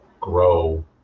grow